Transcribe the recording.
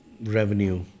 revenue